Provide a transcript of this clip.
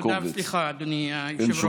תודה וסליחה, אדוני היושב-ראש.